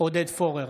עודד פורר,